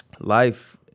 life